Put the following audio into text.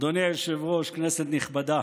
אדוני היושב-ראש, כנסת נכבדה,